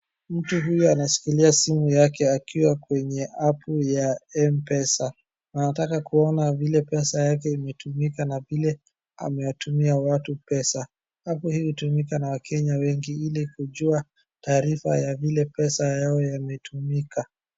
Mtu huyu anashikilia simu yake akiwa kwenye apu ya mpesa. Anataka kuona vile pesa yake imetumika na vile amewatumia watu pesa. Apu hii hutumika na wakenya wengi ili kujua taarifa ya vile pesa yao yametumika.